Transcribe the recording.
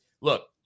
look